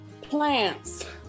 plants